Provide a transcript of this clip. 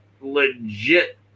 legit